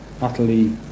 utterly